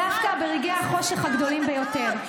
של עמנו דווקא ברגעי החושך הגדולים ביותר.